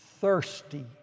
thirsty